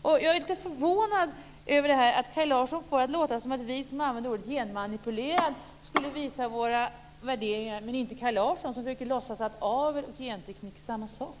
Kaj Larsson får det att låta som om vi som använder ordet genmanipulerad skulle visa våra värderingar men inte Kaj Larsson som försöker låtsas att avel och genteknik är samma sak.